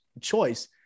choice